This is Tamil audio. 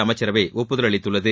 அமைச்சரவை ஒப்புதல் அளித்துள்ளது